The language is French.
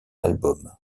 album